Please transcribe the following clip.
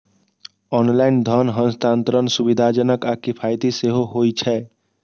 online धन हस्तांतरण सुविधाजनक आ किफायती सेहो होइ छै